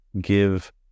give